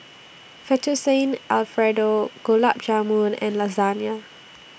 Fettuccine Alfredo Gulab Jamun and Lasagna